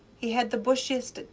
he had the bushiest,